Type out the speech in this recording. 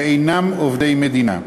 שאינם עובדי המדינה.